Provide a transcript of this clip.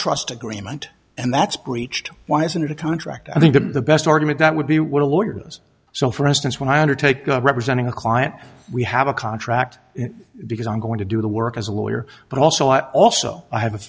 trust agreement and that's breached why isn't it a contract i think the best argument that would be with a lawyer goes so for instance when i undertake representing a client we have a contract because i'm going to do the work as a lawyer but also i also have a